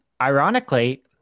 ironically